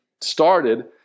started